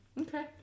Okay